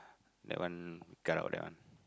that one cut out that one